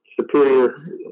Superior